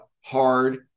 hard